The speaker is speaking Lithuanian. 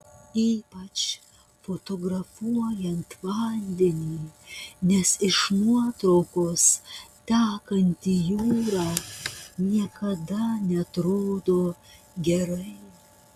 ypač fotografuojant vandenį nes iš nuotraukos tekanti jūra niekada neatrodo gerai